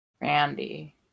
Randy